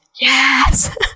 yes